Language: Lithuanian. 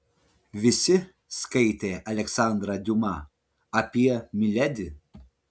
visi skaitė aleksandrą diuma apie miledi